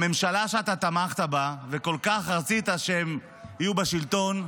הממשלה שאתה תמכת בה וכל כך רצית שהם יהיו בשלטון,